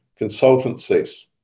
consultancies